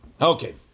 Okay